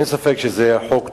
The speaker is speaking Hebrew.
אין ספק שזה חוק טוב.